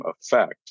effect